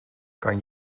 kan